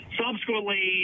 subsequently